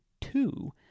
two